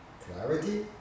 clarity